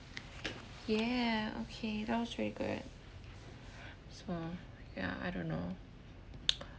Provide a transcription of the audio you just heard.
yeah okay that was very good so ya I don't know